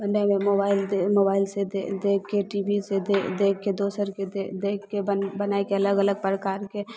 बनबयमे मोबाइल मोबाइलसँ दे देखिके टी वी सँ दे देखिके दोसरके दे देखिके बन बनायके अलग अलग प्रकारके